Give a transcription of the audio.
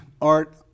art